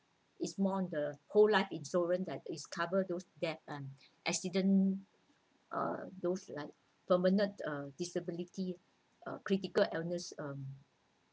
it's more the whole life insurance it covers those that uh accident uh those like permanent uh disability uh critical illness um